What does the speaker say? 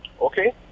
okay